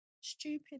stupid